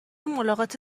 ملاقات